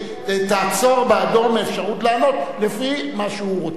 תעצור בעדו את האפשרות לענות לפי מה שהוא רוצה,